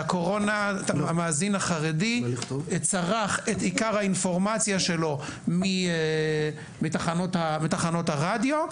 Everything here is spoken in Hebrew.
שהמאזין החרדי צרך את עיקר האינפורמציה שלו מתחנות הרדיו,